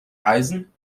eisen